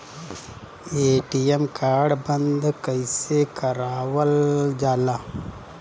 ATM card बन्द कईसे करावल जाला?